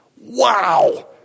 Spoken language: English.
Wow